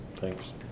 Thanks